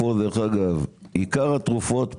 עיקר התרופות פה,